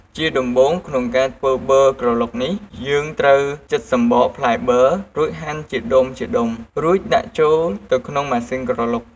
ជាដំបូង ក្នុងការធ្វើប័រក្រឡុកនេះ យើងត្រូវ ចិតសំបកផ្លែប័រ រួចហាន់ជាដុំៗ រួចដាក់ចូលទៅក្នុងម៉ាស៊ីនក្រឡុក។